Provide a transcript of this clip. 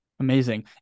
Amazing